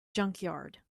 junkyard